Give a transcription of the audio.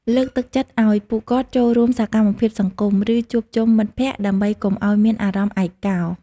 លើកទឹកចិត្តឱ្យពួកគាត់ចូលរួមសកម្មភាពសង្គម ឬជួបជុំមិត្តភក្តិ ដើម្បីកុំឱ្យមានអារម្មណ៍ឯកោ។